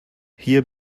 hier